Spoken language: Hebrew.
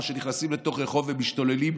שנכנסים לתוך רחוב ומשתוללים,